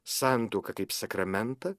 santuoką kaip sakramentą